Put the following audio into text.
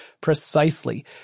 precisely